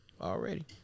Already